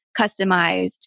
customized